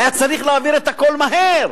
היה צריך להעביר את הכול מהר.